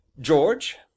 George